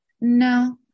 No